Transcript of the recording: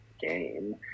game